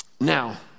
Now